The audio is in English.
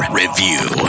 review